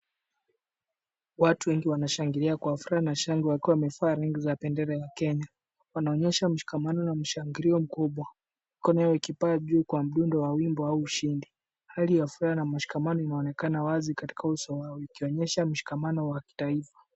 Watu wengi wanashangalia kwa furaha na shangwe wakiwa wamevaa rangi za bendera ya Kenya. Wanaonyesha mshikamano na mshangilio mkubwa. Mkono yao ikipaa juu kwa mdundo wa wimbo au ushindi. Hali ya furaha na mshikamano inaonekana wazi katika uso wao ukionyesha mshikamano wa kitaifa.